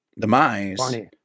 demise